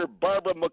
Barbara